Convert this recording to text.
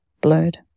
blurred